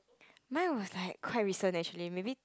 mine was like quite recent actually maybe